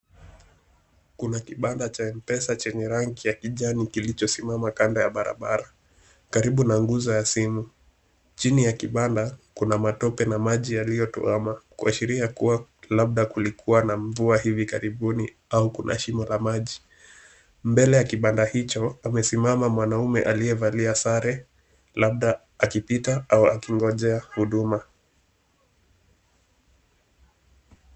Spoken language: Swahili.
Kuna kibanda cha M-PESA chenye rangi ya kijani kilichosimama kando ya barabara, karibu na nguzo ya simu, chini ya kibanda, kuna matope ma maji yaliyotuama kuashiria kuwa labda kulikiwa na mvua hivi karibuni au kuna shimo la maji. Mbele ya kibanda hicho, amesimama mwanaume aliyevalia sare labda akipita au akingojea huduma.